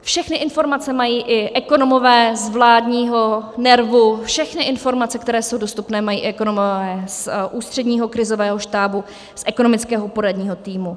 Všechny informace mají i ekonomové z vládního NERVu, všechny informace, které jsou dostupné, mají i ekonomové z Ústředního krizového štábu, z ekonomického poradního týmu.